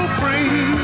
free